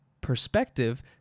perspective